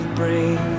bring